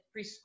preschool